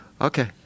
okay